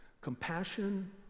Compassion